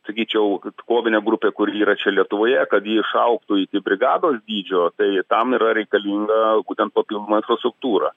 sakyčiau kad kovinė grupė kur yra čia lietuvoje kad ji išaugtų iki brigados dydžio apie jį tam yra reikalinga būtent papildoma infrastruktūra